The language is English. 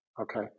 Okay